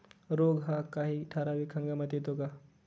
रोग हा काही ठराविक हंगामात येतो का?